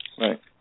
Right